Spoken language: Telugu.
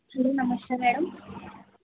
హలో నమస్తే మేడం